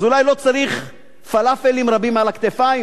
אז אולי לא צריך "פלאפלים" רבים על הכתפיים,